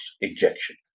injection